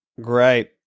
Great